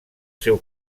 seu